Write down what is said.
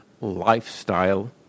lifestyle